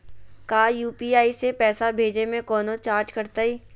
का यू.पी.आई से पैसा भेजे में कौनो चार्ज कटतई?